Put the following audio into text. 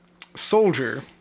soldier